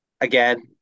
Again